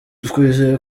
twizeye